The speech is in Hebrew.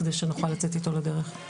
כדי שנוכל לצאת איתו לדרך.